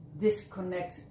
disconnect